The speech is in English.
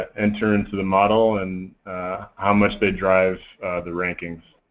enter into the model, and how much they drive the rankings.